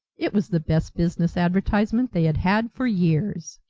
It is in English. it was the best business advertisement they had had for years.